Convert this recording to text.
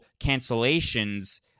cancellations